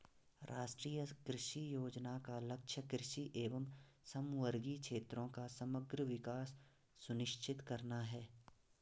राष्ट्रीय कृषि योजना का लक्ष्य कृषि एवं समवर्गी क्षेत्रों का समग्र विकास सुनिश्चित करना है